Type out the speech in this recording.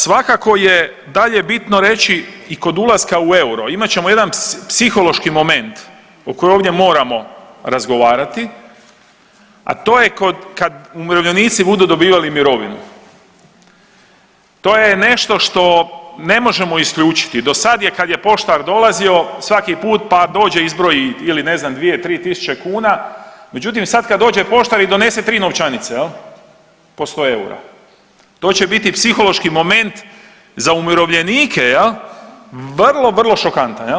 Svakako je dalje bitno reći i kod ulaska u euro, imat ćemo jedan psihološki moment o kojem ovdje moramo razgovarati, a to je kad umirovljenici budu dobivali mirovinu, to je nešto što ne možemo isključiti, do sad je, kad je poštar dolazio, svaki put pa dođe i izbroji ili ne znam, 2, 3 tisuće kuna, međutim, sad kad dođe poštar i donese 3 novčanice, je li po 100 eura, to će biti psihološki moment za umirovljenike, je li, vrlo, vrlo šokantan, je li.